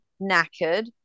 knackered